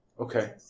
Okay